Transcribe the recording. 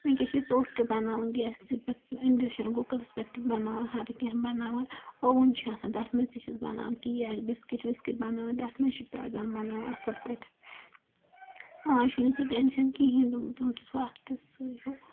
ونکیٚنس چھِ ژوٚٹ تہِ بناوان گیسسٕے پٮ۪ٹھ انڈکشن کُکرس پٮ۪ٹھ بناوان ہر کیٚنٛہہ بناوان اوُن چھُ آسان تتھ منٛز تہِ چھِ بناوان کیک بِسکیٹ وِسکیٹ بناوان تتھ منٛز چھُ تگان بناوان اصٕل پٲٹھۍ آز چھُنہٕ سُہ ٹینشَن کہیٖنۍ برٛونٹھ مس وقتس ہیٚو